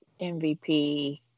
MVP